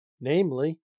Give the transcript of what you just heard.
namely